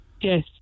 Yes